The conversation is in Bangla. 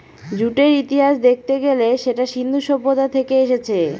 জুটের ইতিহাস দেখতে গেলে সেটা সিন্ধু সভ্যতা থেকে এসেছে